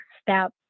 step